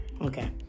Okay